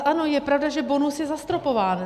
Ano, je pravda, že bonus je zastropován.